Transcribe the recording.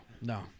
no